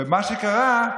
ומה קרה?